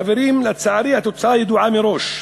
חברים, לצערי התוצאה ידועה מראש,